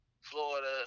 Florida